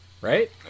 Right